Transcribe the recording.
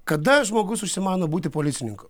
kada žmogus užsimano būti policininku